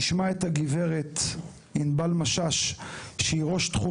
נשמע את הגברת ענבל משש שהיא ראש תחום